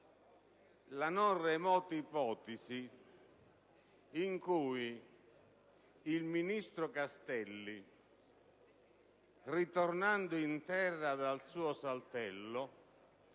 la non remota ipotesi in cui il ministro Castelli, ritornando in terra dal suo saltello,